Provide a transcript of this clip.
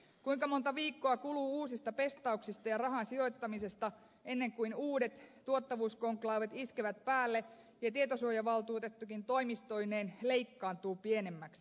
kuinka monta viikkoa kuluu uusista pestauksista ja rahan sijoittamisesta ennen kuin uudet tuottavuuskonklaavit iskevät päälle ja tietosuojavaltuutettukin toimistoineen leikkaantuu pienemmäksi